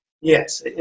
Yes